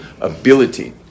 ability